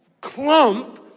clump